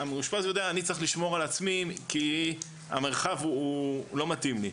המאושפז יודע שהוא צריך לשמור על עצמו כי המרחב לא מתאים לו.